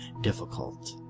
difficult